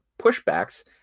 pushbacks